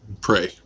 Pray